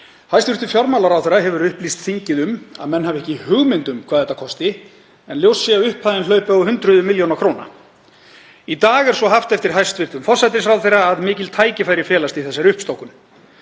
Hæstv. fjármálaráðherra hefur upplýst þingið um að menn hafi ekki hugmynd um hvað það kosti en ljóst sé að upphæðin hlaupi á hundruðum milljóna króna. Í dag er haft eftir hæstv. forsætisráðherra að mikil tækifæri felist í þessari uppstokkun.